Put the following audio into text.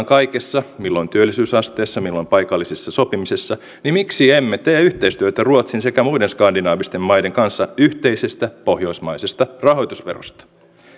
kaikessa milloin työllisyysasteessa milloin paikallisessa sopimisessa niin miksi emme tee yhteistyötä ruotsin sekä muiden skandinaavisten maiden kanssa yhteisestä pohjoismaisesta rahoitusverosta